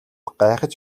гайхаж